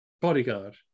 bodyguard